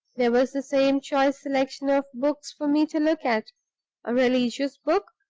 there was the same choice selection of books for me to look at a religious book,